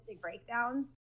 breakdowns